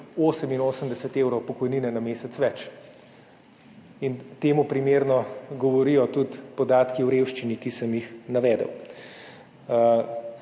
88 evrov pokojnine na mesec več. Temu primerno govorijo tudi podatki o revščini, ki sem jih navedel.